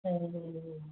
ए